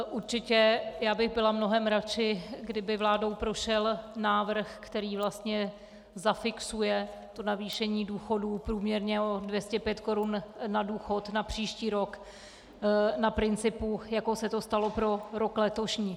Určitě bych byla mnohem radši, kdyby vládou prošel návrh, který vlastně zafixuje navýšení důchodů průměrně o 205 korun na důchod na příští rok na principu, jako se to stalo pro rok letošní.